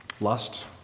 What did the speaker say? Lust